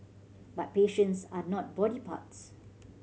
but patients are not body parts